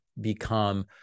become